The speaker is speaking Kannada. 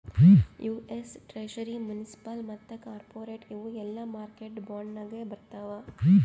ಯು.ಎಸ್ ಟ್ರೆಷರಿ, ಮುನ್ಸಿಪಲ್ ಮತ್ತ ಕಾರ್ಪೊರೇಟ್ ಇವು ಎಲ್ಲಾ ಮಾರ್ಕೆಟ್ ಬಾಂಡ್ ನಾಗೆ ಬರ್ತಾವ್